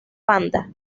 banda